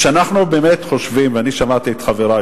כשאנחנו באמת חושבים, ואני שמעתי את חברי.